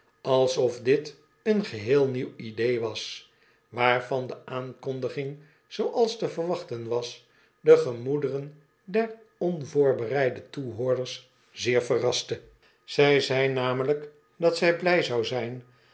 alsof dit een geheel nieuw idee was waarvan de aankondiging zooals te verwachten was de gemoederen der onvoorbereide toehoorders zeer verraste zij zei namelijk dat zij blij zou zijn